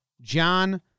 John